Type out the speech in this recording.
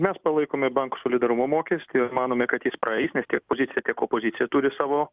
mes palaikome bankų solidarumo mokestį ir manome kad jis praeis nes tiek pozicija tiek opozicija turi savo